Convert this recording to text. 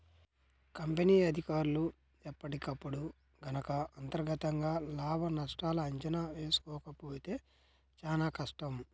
company అధికారులు ఎప్పటికప్పుడు గనక అంతర్గతంగా లాభనష్టాల అంచనా వేసుకోకపోతే చానా కష్టం